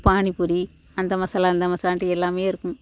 பானி பூரி அந்த மசாலா இந்த மசாலான்ட்டு எல்லாம் இருக்கும்